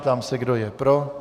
Ptám se, kdo je pro.